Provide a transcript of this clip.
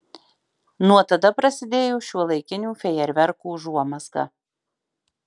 nuo tada prasidėjo šiuolaikinių fejerverkų užuomazga